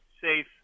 safe